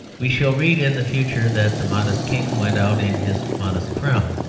we shall read in the future that the modest king went out in his modest crown,